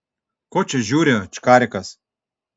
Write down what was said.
ko čia žiūri ačkarikas